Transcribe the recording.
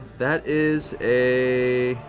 that is a